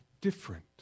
different